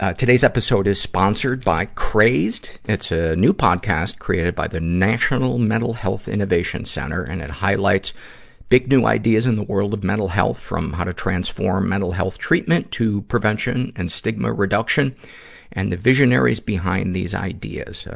ah today's episode is sponsored by crazed. it's a new podcast created by the national mental health innovation center, and it highlights big, new ideas in the world of mental health, from how to transform mental health treatment to prevention and stigma reductions and the visionaries behind these ideas. so